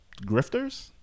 Grifters